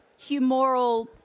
humoral